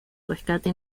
rescate